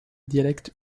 dialecte